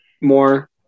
more